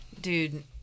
dude